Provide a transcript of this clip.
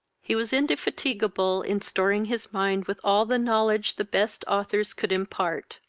he was indefatigable in storing his mind with all the knowledge the best authors could impart.